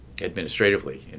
administratively